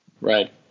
right